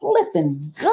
flipping